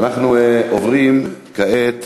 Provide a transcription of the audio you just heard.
ואנחנו עוברים כעת,